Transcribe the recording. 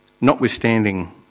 notwithstanding